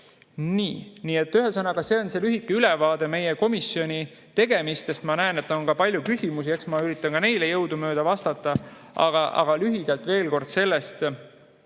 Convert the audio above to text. Nii et ühesõnaga, see on lühike ülevaade meie komisjoni tegemistest. Ma näen, et on palju küsimusi, eks ma üritan neile jõudumööda vastata. Aga lühidalt, veel kord,